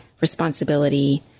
responsibility